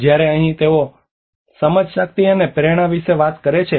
જ્યારે અહીં તેઓ હ્યુરિસ્ટિક્સ સમજશક્તિ અને પ્રેરણા વિશે વાત કરે છે